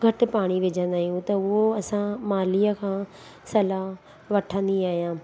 घटि पाणी विझंदा आहियूं त उहो असां मालीअ खां सलाह वठंदी आहियां